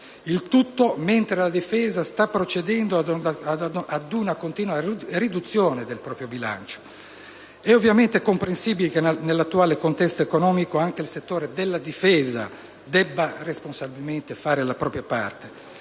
Il tutto mentre la Difesa sta procedendo ad una continua riduzione del proprio bilancio. È ovviamente comprensibile che nell'attuale contesto economico anche il settore della difesa debba responsabilmente fare la propria parte.